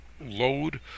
load